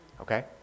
okay